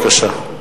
בבקשה.